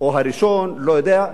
או הראשון, לא יודע,